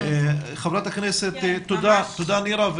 תודה נירה.